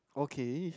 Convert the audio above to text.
okay